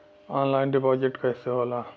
Online deposit कैसे होला?